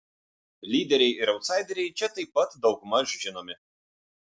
lyderiai ir autsaideriai čia taip pat daugmaž žinomi